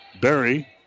Barry